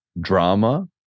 drama